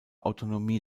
autonomie